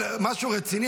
לא, עזוב עכשיו.